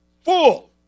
full